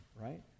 right